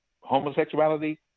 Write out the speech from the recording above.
homosexuality